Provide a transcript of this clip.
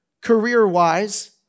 career-wise